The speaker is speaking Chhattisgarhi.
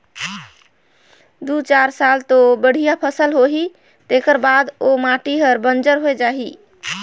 दू चार साल तो बड़िया फसल होही तेखर बाद ओ माटी हर बंजर होए जाही